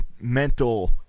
mental